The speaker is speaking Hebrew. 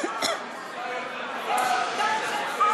זה שלטון של חוק?